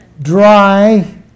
dry